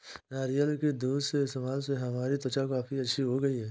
नारियल के दूध के इस्तेमाल से हमारी त्वचा काफी अच्छी हो गई है